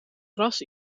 gras